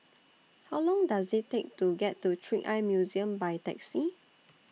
How Long Does IT Take to get to Trick Eye Museum By Taxi